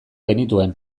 genituen